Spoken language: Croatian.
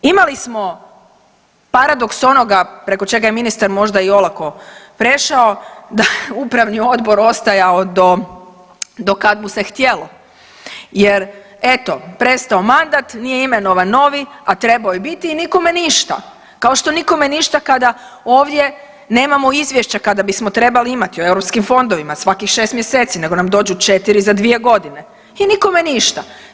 Imali smo paradoks onoga preko čega je ministar možda i olako prešao da je upravni odbor ostajao do, do kad mu se htjelo jer eto prestao mandat, nije imenovan novi a trebao je biti i nikome ništa kao što nikome ništa kada ovdje nemamo izvješća kada bismo trebali imati o europskim fondovima svakih 6 mjeseci nego nam dođu 4 za 2 godine i nikome ništa.